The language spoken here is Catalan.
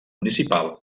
municipal